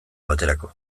baterako